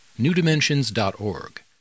newdimensions.org